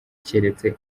keretse